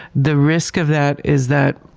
the risk of that is that